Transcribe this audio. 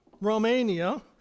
Romania